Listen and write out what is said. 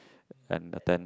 and attend